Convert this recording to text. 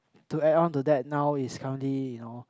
to add on to that now is currently you know